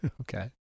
Okay